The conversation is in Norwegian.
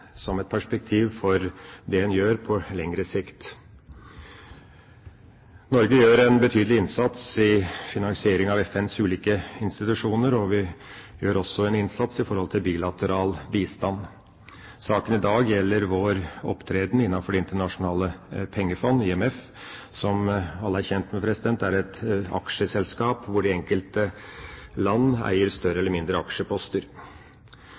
som et perspektiv for det en gjør på lengre sikt. Norge gjør en betydelig innsats i finansiering av FNs ulike institusjoner, og vi gjør også en innsats i forhold til bilateral bistand. Saken i dag gjelder vår opptreden innenfor Det internasjonale pengefondet, IMF, som alle er kjent med er et aksjeselskap, hvor de enkelte land eier større eller mindre aksjeposter.